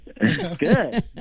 Good